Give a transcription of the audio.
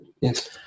yes